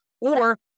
Or-